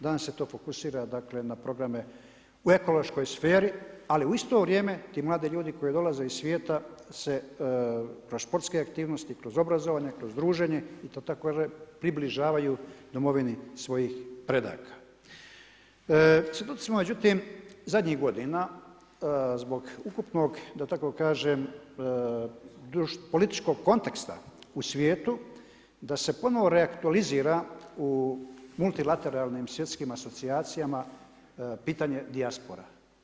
Danas se to fokusira dakle na programe u ekološkoj sferi, ali u isto vrijeme ti mladi ljudi koji dolaze iz svijeta se kroz sportske aktivnosti, kroz obrazovanje, kroz druženje i da … približavaju domovini svojih predaka. … [[Govornik se ne razumije]] međutim zadnjih godina zbog ukupnog da tako kažem političkog konteksta u svijetu da se ponovno reaktualizira u multilateralnim svjetskim asocijacijama pitanje dijaspora.